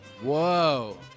Whoa